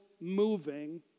moving